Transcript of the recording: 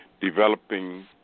developing